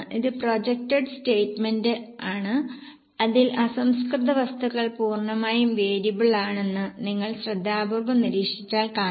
ഇത് പ്രോജെക്ടഡ് സ്റ്റേറ്റ്മെന്റാണ് അതിൽ അസംസ്കൃത വസ്തുക്കൾ പൂർണ്ണമായും വേരിയബിൾ ആണെന്ന് നിങ്ങൾ ശ്രദ്ധാപൂർവം നിരീക്ഷിച്ചാൽ കാണാം